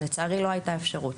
לצערי לא הייתה אפשרות.